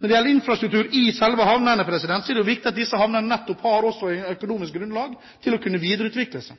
Når det gjelder infrastruktur i selve havnene, er det jo viktig at disse havnene har økonomisk grunnlag til å kunne videreutvikle seg.